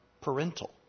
parental